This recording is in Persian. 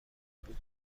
بود